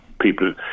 people